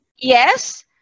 yes